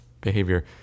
behavior